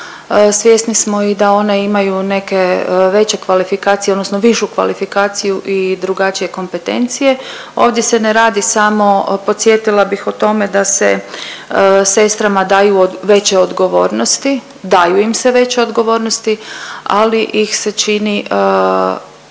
svjesni smo i da one imaju neke veće kvalifikacije odnosno višu kvalifikaciju i drugačije kompetencije. Ovdje se ne radi samo podsjetila bih o tome da se sestrama daju veće odgovornosti, daju im se veće odgovornosti ali ih se čini